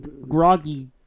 groggy